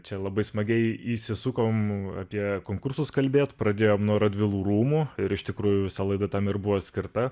čia labai smagiai įsisukom apie konkursus kalbėt pradėjom nuo radvilų rūmų ir iš tikrųjų visa laida tam ir buvo skirta